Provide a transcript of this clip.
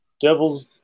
Devil's